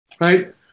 Right